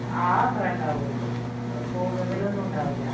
ആ അത്രയുമേ ഉണ്ടാവുകയുള്ളു കൂടുതലൊന്നും ഉണ്ടാവില്ല